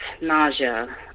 nausea